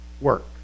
Work